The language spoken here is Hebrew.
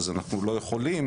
אנחנו לא יכולים